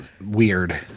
weird